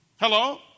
Hello